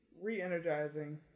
re-energizing